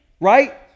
right